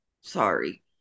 sorry